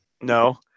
No